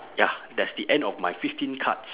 ya that's the end of my fifteen cards